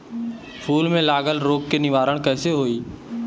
फूल में लागल रोग के निवारण कैसे होयी?